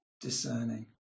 discerning